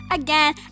again